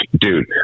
dude